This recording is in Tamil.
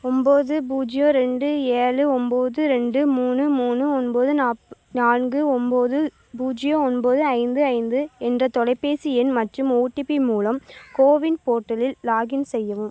ஒம்பது பூஜ்ஜியம் ரெண்டு ஏழு ஒம்பது ரெண்டு மூணு மூணு ஒன்பது நாப் நான்கு ஒம்பது பூஜ்ஜியம் ஒம்பது ஐந்து ஐந்து என்ற தொலைபேசி எண் மற்றும் ஓடிபி மூலம் கோவின் போர்ட்டலில் லாக்இன் செய்யவும்